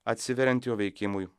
atsiveriant jo veikimui